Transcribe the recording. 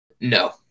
No